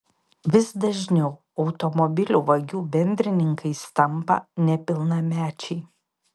vis dažniau automobilių vagių bendrininkais tampa nepilnamečiai